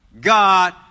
God